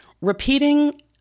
repeating